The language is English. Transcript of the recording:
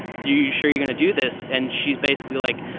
you sure you're gonna do this? and she's basically like,